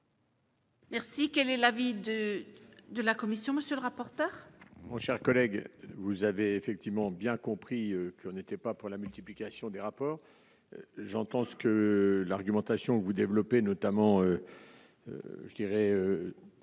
Merci, quel est l'avis de de la commission, monsieur le rapporteur.